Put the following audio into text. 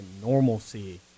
normalcy